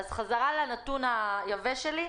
בחזרה לנתון היבש שלי.